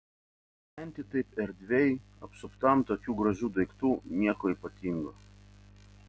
gyventi taip erdviai apsuptam tokių gražių daiktų nieko ypatingo